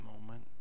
moment